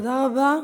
תודה רבה.